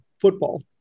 football